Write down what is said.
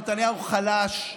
נתניהו חלש,